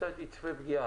שקצת יצפה פגיעה.